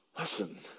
Listen